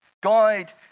guide